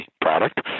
product